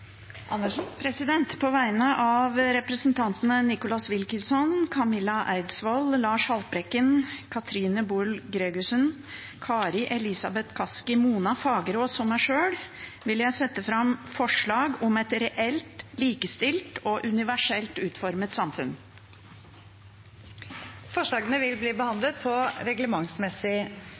Andersen vil fremsette et representantforslag. På vegne av representantene Nicholas Wilkinson, Camilla Sørensen Eidsvold, Lars Haltbrekken, Katrine Boel Gregussen, Kari Elisabeth Kaski, Mona Fagerås og meg sjøl vil jeg framsette et forslag om et reelt likestilt og universelt utformet samfunn. Forslagene vil bli behandlet på reglementsmessig